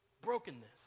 Brokenness